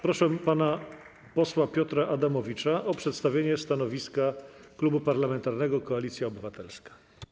Proszę pana posła Piotra Adamowicza o przedstawienie stanowiska Klubu Parlamentarnego Koalicja Obywatelska.